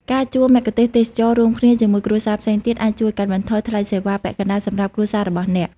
ការជួលមគ្គុទ្ទេសក៍ទេសចរណ៍រួមគ្នាជាមួយគ្រួសារផ្សេងទៀត អាចជួយកាត់បន្ថយថ្លៃសេវាពាក់កណ្តាលសម្រាប់គ្រួសាររបស់អ្នក។